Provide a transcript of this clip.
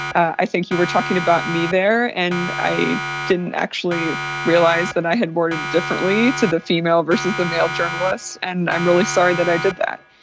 i think you were talking about me there, and i didn't actually realize that i had worded differently to the female versus the male journalists, and i'm really sorry that i did that.